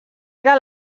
era